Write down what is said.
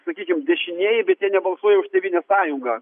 sakykim dešinieji bet jie nebalsuoja už tėvynės sąjungą